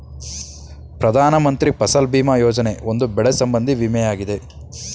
ಪ್ರಧಾನ ಮಂತ್ರಿ ಫಸಲ್ ಭೀಮಾ ಯೋಜನೆ, ಒಂದು ಬೆಳೆ ಸಂಬಂಧಿ ವಿಮೆಯಾಗಿದೆ